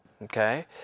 Okay